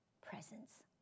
presence